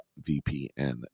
VPN